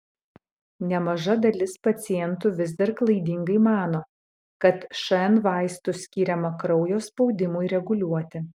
nemaža dalis pacientų vis dar klaidingai mano kad šn vaistų skiriama kraujo spaudimui reguliuoti